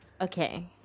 Okay